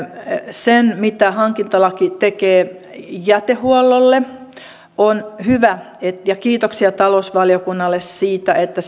sen mitä hankintalaki tekee jätehuollolle on hyvä ja kiitoksia talousvaliokunnalle siitä että